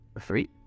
three